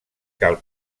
cal